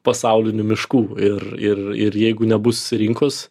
pasaulinių miškų ir ir ir jeigu nebus rinkos